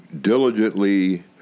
diligently